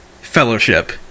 Fellowship